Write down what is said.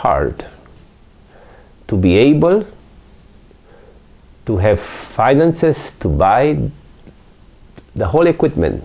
heart to be able to have finances to buy the whole equipment